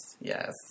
yes